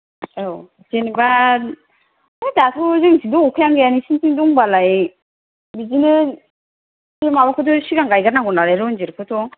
औ जेन'बा है दाथ' जोंनिथिंथ' अखायानो गैया नोंसिनिथिं दंबालाय बिदिनो बे माबाखौसो सिगां गायगोर नांगौनालाय रन्जितखौथ'